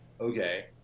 okay